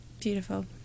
Beautiful